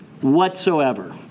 whatsoever